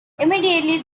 immediately